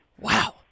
Wow